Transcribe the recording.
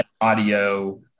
audio